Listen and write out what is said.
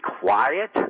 quiet